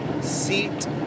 seat